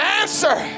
answer